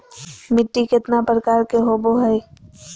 मिट्टी केतना प्रकार के होबो हाय?